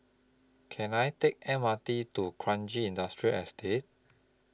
Can I Take M R T to Kranji Industrial Estate